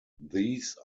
these